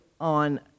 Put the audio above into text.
on